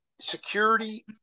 security